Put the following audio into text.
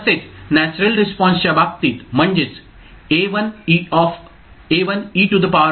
तसेच नॅचरल रिस्पॉन्सच्या बाबतीत म्हणजेच A1e σ1t A2e σ2t